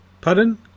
Pardon